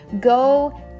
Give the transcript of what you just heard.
Go